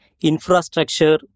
infrastructure